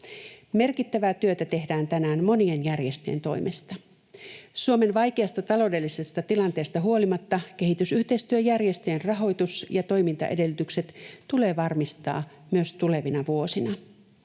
Merkittävää työtä tehdään tänään monien järjestöjen toimesta. Suomen vaikeasta taloudellisesta tilanteesta huolimatta kehitysyhteistyöjärjestöjen rahoitus ja toimintaedellytykset tulee varmistaa myös tulevina vuosina.